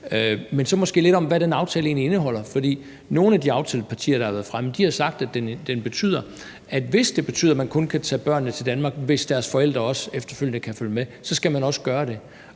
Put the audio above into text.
Men så til lidt om, hvad den aftale egentlig indeholder. For nogle af de aftalepartier, der har været fremme, har sagt, at den betyder, at hvis det betyder, at man kun kan tage børnene til Danmark, hvis deres forældre også efterfølgende kan følge med, så skal man gøre det.